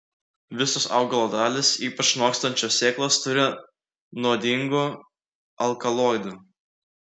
visos augalo dalys ypač nokstančios sėklos turi nuodingų alkaloidų